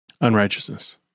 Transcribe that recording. Unrighteousness